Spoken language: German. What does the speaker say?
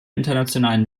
internationalen